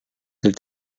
dels